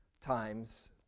times